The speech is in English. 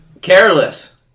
Careless